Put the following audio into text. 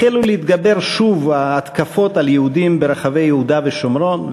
החלו להתגבר שוב ההתקפות על יהודים ברחבי יהודה ושומרון,